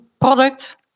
product